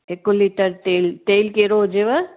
हिक लिटर तेल तेल कहिड़ो हुजेव